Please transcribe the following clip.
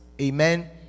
Amen